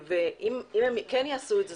אם הם כן יעשו את זה,